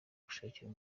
gushakira